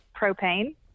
propane